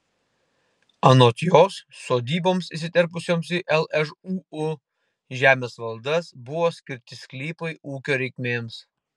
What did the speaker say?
anot jos sodyboms įsiterpusioms į lžūu žemės valdas buvo skirti sklypai ūkio reikmėms